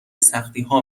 سختیها